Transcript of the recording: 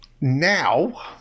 Now